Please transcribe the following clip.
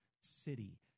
City